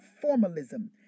formalism